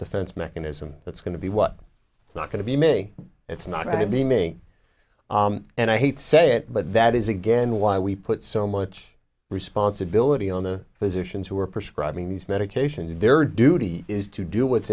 defense mechanism that's going to be what it's not going to be may it's not going to be me and i hate say it but that is again why we put so much responsibility on the physicians who are prescribing these medications and their duty is to do what's